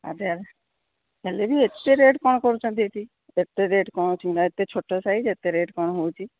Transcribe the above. ଆଚ୍ଛା ହେଲେ ବି ଏତେ ରେଟ୍ କ'ଣ କରୁଛନ୍ତି ଏଇଠି ଏତେ ରେଟ୍ କ'ଣ ସିଙ୍ଗଡ଼ା ଏତେ ଛୋଟ ସାଇଜ୍ ଏତେ ରେଟ୍ କ'ଣ ହେଉଛି